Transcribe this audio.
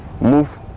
move